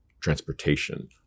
transportation